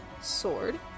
sword